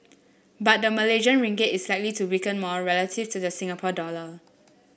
but the Malaysian Ringgit is likely to weaken more relative to the Singapore dollar